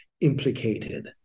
implicated